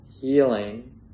healing